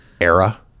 era